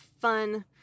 fun